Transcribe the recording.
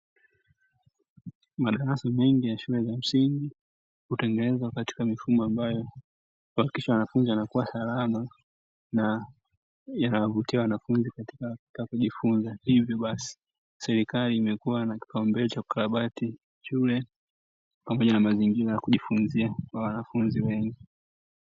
Madarasa mengi ya shule za msingi hutengenezwa, katika mifumo ambayo kuhakikisha wanafunzi wanakuwa salama, na ya kuvutia wanafunzi katika kujifunza. Hivyo basi serikali imekuwa na kipaumbele cha kukarabati shule, pamoja na mazingira ya kujifunza kwa wanafunzi wengi.